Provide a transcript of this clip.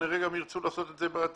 כנראה גם ירצו לעשות את זה בעתיד.